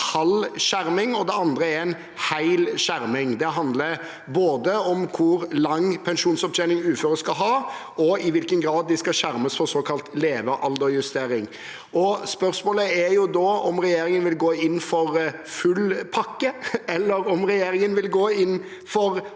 det andre er en hel skjerming. Det handler om både hvor lang pensjonsopptjening uføre skal ha, og i hvilken grad de skal skjermes for såkalt levealdersjustering. Spørsmålet er da om regjeringen vil gå inn for full pakke, eller om regjeringen vil gå inn for